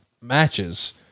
matches